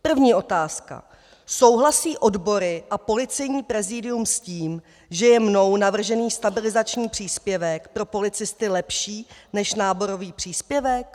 První otázka: Souhlasí odbory a Policejní prezídium s tím, že je mnou navržený stabilizační příspěvek pro policisty lepší než náborový příspěvek?